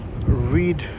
read